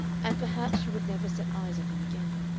and perhaps she would never set eyes on him again.